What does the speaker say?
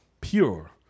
pure